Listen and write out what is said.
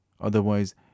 Otherwise